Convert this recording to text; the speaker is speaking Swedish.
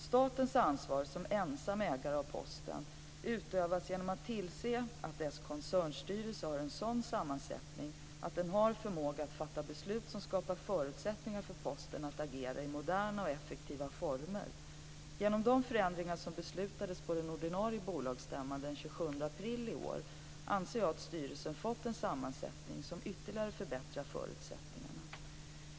Statens ansvar som ensam ägare av Posten utövas genom att man tillser att bolagets koncernstyrelse har en sådan sammansättning att den har förmåga att fatta beslut som skapar förutsättningar för Posten att agera i moderna och effektiva former. Genom de förändringar som beslutades på den ordinarie bolagsstämman den 27 april 1999 anser jag att styrelsen fått en sammansättning som ytterligare förbättrar förutsättningarna.